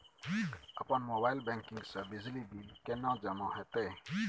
अपन mobile banking से बिजली बिल केने जमा हेते?